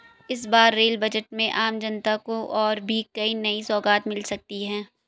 इस बार rail budget में आम जनता को और भी कई नई सौगात मिल सकती हैं